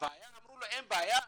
אמרו לו "אין בעיה".